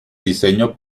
diseño